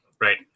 Right